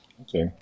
Okay